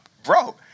bro